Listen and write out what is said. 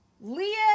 Leah